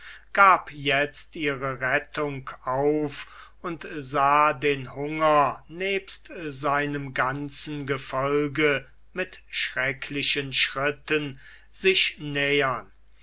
gab jetzt ihre rettung auf und sah den hunger nebst seinem ganzen gefolge mit schrecklichen schritten sich nähern